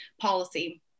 policy